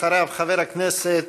אחריו, חבר הכנסת